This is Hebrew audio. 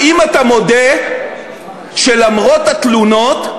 האם אתה מודה שלמרות התלונות,